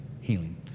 healing